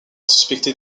suspectée